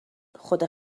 خدا